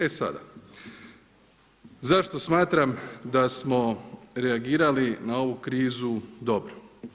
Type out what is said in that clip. E sada, zašto smatram da smo reagirali na ovu krizu dobro?